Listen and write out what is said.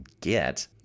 get